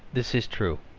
this is true.